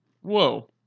Whoa